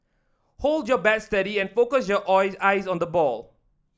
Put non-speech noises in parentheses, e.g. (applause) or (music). hold your bat steady and focus your (unintelligible) eyes on the ball